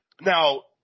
now